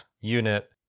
unit